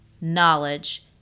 knowledge